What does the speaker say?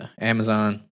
Amazon